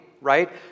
right